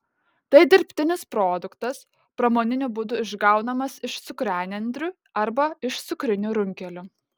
tai dirbtinis produktas pramoniniu būdu išgaunamas iš cukranendrių arba iš cukrinių runkelių